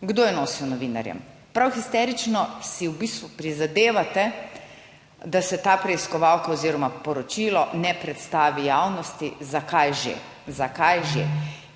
kdo je nosil novinarjem? Prav histerično si v bistvu prizadevate, da se ta preiskovalka oziroma poročilo ne predstavi javnosti. Zakaj že? Zakaj že?